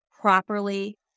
properly